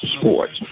Sports